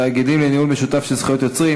(תאגידים לניהול משותף של זכויות יוצרים),